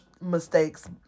mistakes